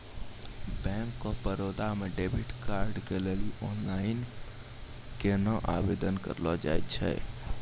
Bank of Baroda मे debit card के लेली आनलाइन केना आवेदन करलो जाय छै?